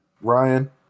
Ryan